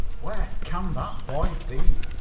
where can that boy be?